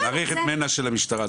מערכת מנ"ע של המשטרה.